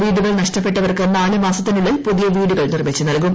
വീടുകൾ നഷ്ടപ്പെട്ടവർക്ക് നാല് മാസത്തിനുള്ളിൽ പുതിയ വീടുകൾ നിർമ്മിച്ചു നൽകും